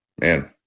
Man